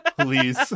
Please